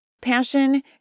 Passion